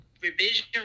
revision